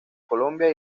colombia